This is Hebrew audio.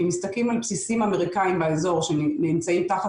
אם מסתכלים על בסיסים אמריקאים באזור שנמצאים תחת